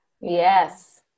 Yes